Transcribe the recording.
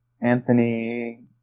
Anthony